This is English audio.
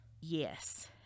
Yes